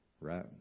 right